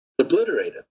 obliterated